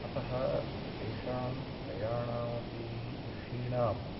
अतः तेषां त्रयाणामपि ऋषीणां